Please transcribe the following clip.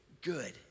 good